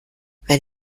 wenn